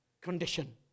condition